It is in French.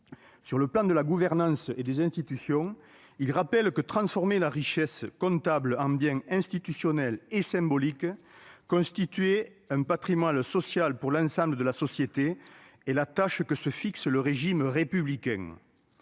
Sur le plan de la gouvernance et des institutions, il rappelle que transformer la richesse comptable en biens institutionnels et symboliques et constituer un patrimoine social pour l'ensemble de la société est la tâche que se fixe le régime républicain.